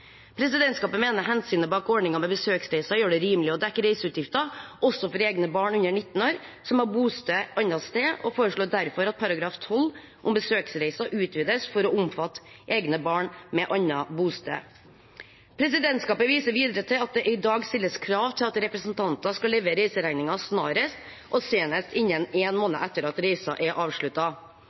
Presidentskapet mener hensynet bak ordningen med besøksreiser gjør det rimelig å dekke reiseutgifter også for egne barn under 19 år som har bosted annet sted, og foreslår derfor at § 12, om besøksreiser, utvides for å omfatte egne barn med annet bosted. Presidentskapet viser videre til at det i dag stilles krav til at representanter skal levere reiseregninger snarest, og senest innen én måned etter at reisen er